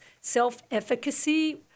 self-efficacy